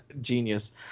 genius